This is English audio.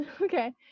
Okay